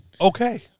okay